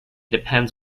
depends